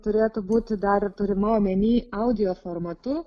turėtų būti dar ir turima omeny audio formatu